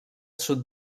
sud